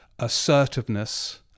assertiveness